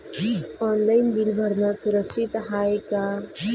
Online bill भरनं सुरक्षित हाय का?